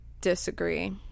disagree